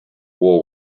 wool